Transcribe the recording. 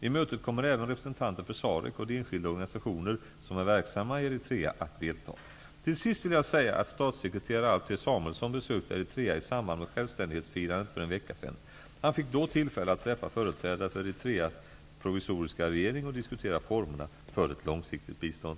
I mötet kommer även representanter för SAREC och de enskilda organisationer som är verksamma i Eritrea att delta. Till sist vill jag säga att statssekreterare Alf T. Samuelsson besökte Eritrea i samband med självständighetsfirandet för en vecka sedan. Han fick då tillfälle att träffa företrädare för Eritreas provisoriska regering och diskutera formerna för ett långsiktigt bistånd.